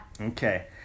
Okay